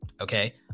Okay